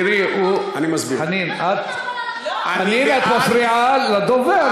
חנין, את מפריעה לדובר.